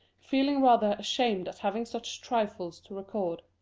feeling rather ashamed at having such trifles to record.